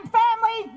family